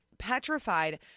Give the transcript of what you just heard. Petrified